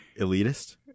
elitist